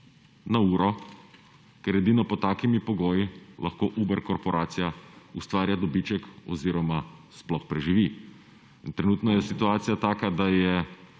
na uro, ker edino pod takimi pogoji lahko Uber korporacija ustvarja dobiček oziroma sploh preživi. In trenutno je situacija taka, da je